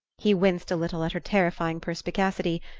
he winced a little at her terrifying perspicacity,